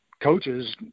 coaches